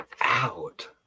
out